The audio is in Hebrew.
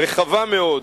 רחבה מאוד,